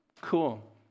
cool